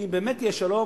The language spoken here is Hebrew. כי אם באמת יהיה שלום,